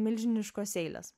milžiniškos eilės